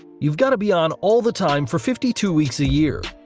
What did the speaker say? you've got to be on all the time for fifty two weeks a year.